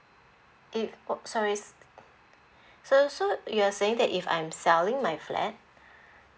it oh sorry so so you're saying that if I'm selling my flat